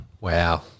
Wow